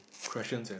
questions and